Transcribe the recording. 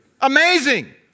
Amazing